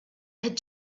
had